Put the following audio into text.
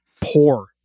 poor